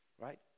right